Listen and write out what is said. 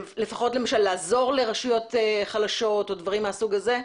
לפחות למשל לעזור לרשויות חלשות או דברים מהסוג הזה?